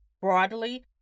Broadly